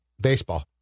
Baseball